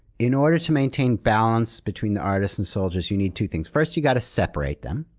in order to maintain balance between the artists and soldiers, you need two things. first you got to separate them,